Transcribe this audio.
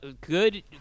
good